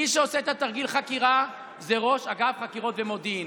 מי שעושה את תרגיל החקירה זה ראש אגף חקירות ומודיעין,